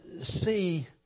see